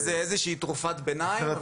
זו איזושהי תרופת ביניים,